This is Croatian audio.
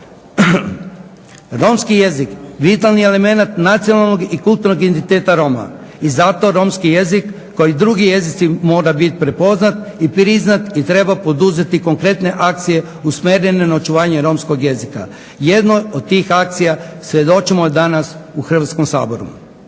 Romski jezik, vitalni element nacionalnog i kulturnog identiteta Roma i zato romski jezik kao i drugi jezici mora bit prepoznat i priznat i treba poduzeti konkretne akcije usmjerene na očuvanje romske jezika. Jednoj od tih akcija svjedočimo danas u Hrvatskom saboru.